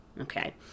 okay